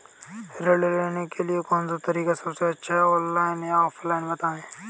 ऋण लेने के लिए कौन सा तरीका सबसे अच्छा है ऑनलाइन या ऑफलाइन बताएँ?